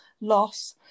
loss